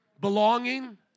belonging